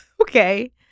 okay